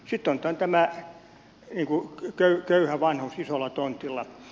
sitten on tämä köyhä vanhus isolla tontilla